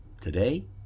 today